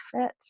fit